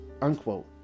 unquote